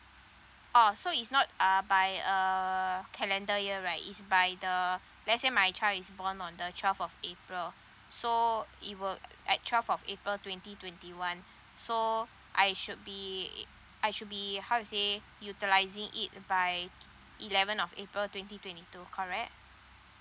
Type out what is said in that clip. oh so it's not uh by uh calendar year right is by the let's say my child is born on the twelve of april so it worked at twelve of april twenty twenty one so I should be I should be how to say utilizing it by eleven of april twenty twenty two correct